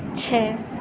چھ